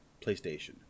PlayStation